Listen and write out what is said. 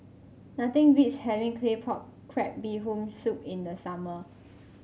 nothing beats having Claypot Crab Bee Hoon Soup in the summer